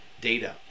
data